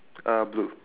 uh blue